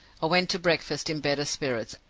went to breakfast in better spirits,